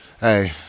Hey